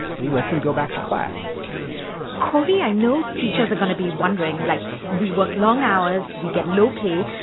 he lets him go back to class cory, i know teachers are going to be wondering, like, we work long hours, we get low pay,